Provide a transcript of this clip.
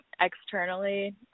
externally